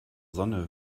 sonne